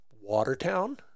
Watertown